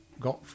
Got